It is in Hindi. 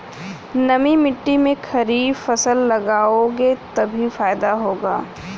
नमी मिट्टी में खरीफ फसल लगाओगे तभी फायदा होगा